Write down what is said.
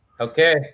okay